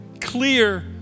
clear